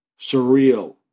surreal